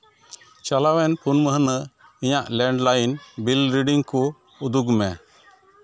ᱪᱟᱞᱟᱣᱮᱱ ᱯᱩᱱ ᱢᱟᱹᱦᱱᱟᱹ ᱤᱧᱟᱹᱜ ᱞᱮᱱᱰᱞᱟᱭᱤᱱ ᱵᱤᱞ ᱨᱤᱰᱤᱝ ᱠᱚ ᱩᱫᱩᱜᱽ ᱢᱮ